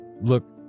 Look